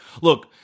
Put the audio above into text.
Look